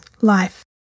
life